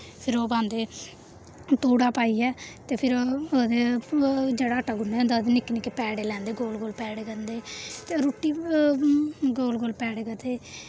फिर ओह् पांदे धूड़ा पाइयै ते फिर ओह्दे जेह्ड़ा आटा गु'न्ने दा होंदा ओह्दे निक्के निक्के पैड़े लैंदे गोल गोल पैड़े करदे ते रुट्टी गोल गोल पैड़े करदे